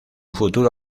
futuro